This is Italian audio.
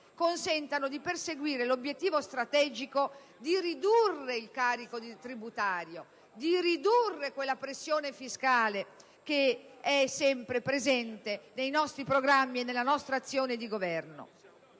consentano di perseguire l'obiettivo strategico di ridurre il carico tributario e la pressione fiscale, obiettivo che è sempre presente nei nostri programmi e nella nostra azione di governo.